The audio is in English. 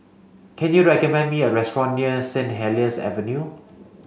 can you recommend me a restaurant near Saint Helier's Avenue